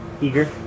eager